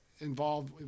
involved